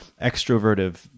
extroverted